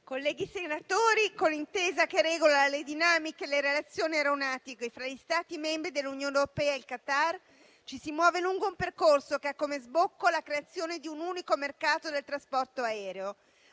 colleghi senatori, con l'intesa che regola le dinamiche e le relazioni aeronautiche fra gli Stati membri dell'Unione europea e il Qatar ci si muove lungo un percorso che ha come sbocco la creazione di un unico mercato del trasporto aereo.